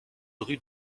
rue